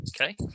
Okay